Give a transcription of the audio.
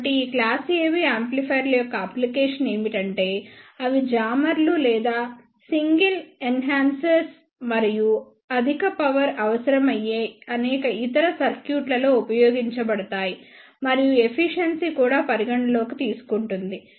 కాబట్టి ఈ class AB యాంప్లిఫైయర్ల యొక్క అప్లికేషన్ ఏమిటంటే అవి జామర్లు లేదా సింగిల్ ఎన్హాన్సర్స్ మరియు అధిక పవర్ అవసరమయ్యే అనేక ఇతర సర్క్యూట్లలో ఉపయోగించబడతాయి మరియు ఎఫిషియెన్సీ కూడా పరిగణనలోకి తీసుకుంటుంది